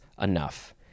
enough